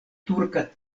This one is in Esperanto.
turka